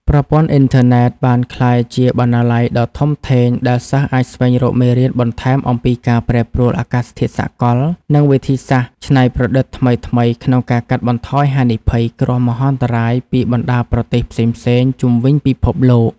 ប្រព័ន្ធអ៊ីនធឺណិតបានក្លាយជាបណ្ណាល័យដ៏ធំធេងដែលសិស្សអាចស្វែងរកមេរៀនបន្ថែមអំពីការប្រែប្រួលអាកាសធាតុសកល និងវិធីសាស្ត្រច្នៃប្រឌិតថ្មីៗក្នុងការកាត់បន្ថយហានិភ័យគ្រោះមហន្តរាយពីបណ្ដាប្រទេសផ្សេងៗជុំវិញពិភពលោក។